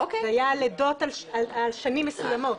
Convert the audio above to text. זה היה על לידות בשנים מסוימות,